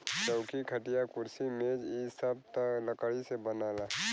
चौकी, खटिया, कुर्सी मेज इ सब त लकड़ी से बनला